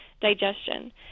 digestion